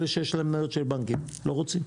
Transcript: אלה שיש להם מניות של הבנקים לא רוצים.